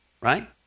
Right